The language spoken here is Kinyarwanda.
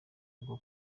bwo